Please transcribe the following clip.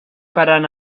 parant